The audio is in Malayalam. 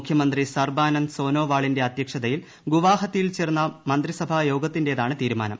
മുഖ്യമന്ത്രി സർബാനന്ദ് സോനോവാളിന്റെ അധ്യക്ഷതയിൽ ഗുവാഹത്തിയിൽ ചേർന്ന മന്ത്രിസഭാ യോഗത്തിന്റേതാണ് തീരുമാനം